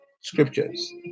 scriptures